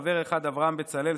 חבר אחד: אברהם בצלאל,